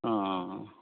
आं